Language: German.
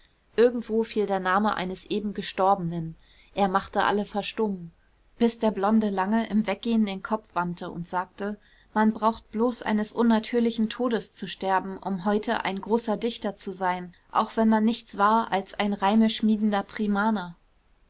irgendwo fiel der name eines eben gestorbenen er machte alle verstummen bis der blonde lange im weggehen den kopf wandte und sagte man braucht bloß eines unnatürlichen todes zu sterben um heute ein großer dichter zu sein auch wenn man nichts war als ein reimeschmiedender